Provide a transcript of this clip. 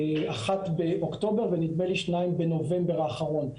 אחת באוקטובר, ונדמה לי שתיים בנובמבר האחרון.